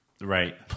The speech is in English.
Right